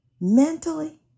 mentally